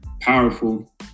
powerful